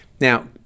Now